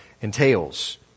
entails